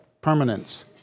permanence